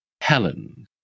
Helen